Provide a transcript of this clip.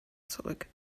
zurück